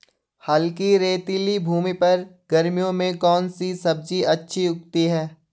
हल्की रेतीली भूमि पर गर्मियों में कौन सी सब्जी अच्छी उगती है?